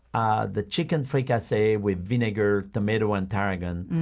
ah the chicken fricassee with vinegar, tomato and tarragon.